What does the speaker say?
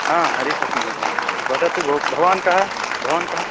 हा हरीशः अस्मि इदानीं वदतु भोः भवान् कः भवान् कः